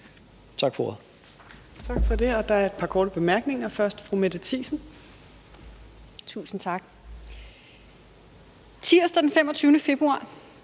Tak for ordet.